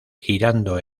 girando